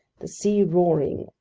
the sea roaring,